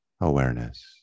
awareness